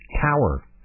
Tower